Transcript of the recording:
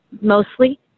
mostly